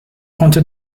konnte